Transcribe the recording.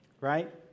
right